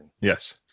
Yes